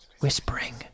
whispering